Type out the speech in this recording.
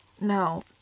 No